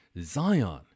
Zion